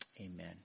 Amen